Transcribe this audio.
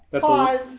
Pause